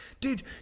dude